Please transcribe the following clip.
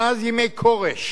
מאז ימי כורש